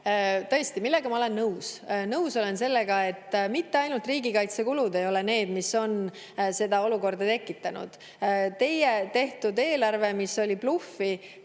Tõesti, millega ma olen nõus? Nõus olen sellega, et mitte ainult riigikaitsekulud ei ole need, mis on selle olukorra tekitanud. Teie tehtud eelarve oli bluffi